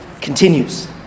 continues